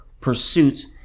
pursuits